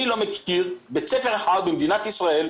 אני לא מכיר בית ספר אחד במדינת ישראל,